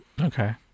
Okay